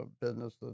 business